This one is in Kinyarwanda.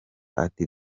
ati